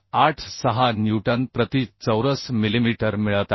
86 newton प्रति चौरस millimetre मिळत आहे